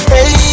Hey